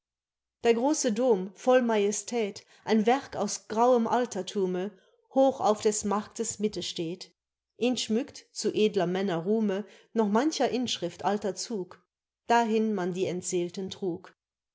der große dom voll majestät ein werk aus grauem alterthume hoch auf des marktes mitte steht ihn schmückt zu edler männer ruhme noch mancher inschrift alter zug dahin man die entseelten trug